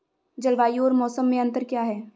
जलवायु और मौसम में अंतर क्या है?